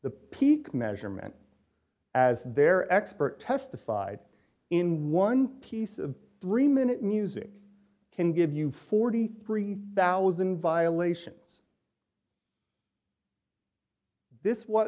the peak measurement as their expert testified in one piece of three minute music can give you forty three thousand violations this w